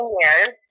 years